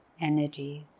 energies